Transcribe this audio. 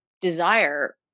desire